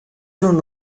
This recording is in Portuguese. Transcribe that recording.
ano